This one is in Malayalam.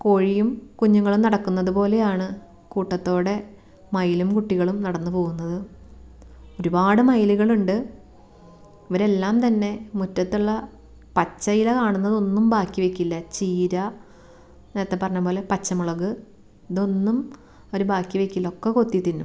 കോഴിയും കുഞ്ഞുങ്ങളും നടക്കുന്നത് പോലെയാണ് കൂട്ടത്തോടെ മയിലും കുട്ടികളും നടന്നു പോകുന്നത് ഒരുപാട് മയിലുകളുണ്ട് ഇവരെല്ലാം തന്നെ മുറ്റത്തുള്ള പച്ച ഇല കാണുന്നതൊന്നും ബാക്കി വയ്ക്കില്ല ചീര നേരത്തെ പറഞ്ഞപോലെ പച്ചമുളക് ഇതൊന്നും അവർ ബാക്കി വ ക്കില്ല ഒക്കെ കൊത്തി തിന്നും